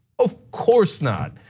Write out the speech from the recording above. of course not,